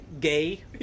gay